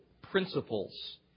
principles